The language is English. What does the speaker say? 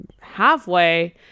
halfway